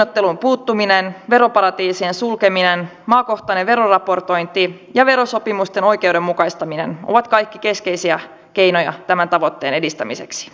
siirtohinnoitteluun puuttuminen veroparatiisien sulkeminen maakohtainen veroraportointi ja verosopimusten oikeudenmukaistaminen ovat kaikki keskeisiä keinoja tämän tavoitteen edistämiseksi